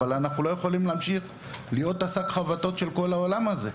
אבל אנחנו לא יכולים להמשיך להיות שק החבטות של כל העולם הזה.